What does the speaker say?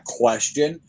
question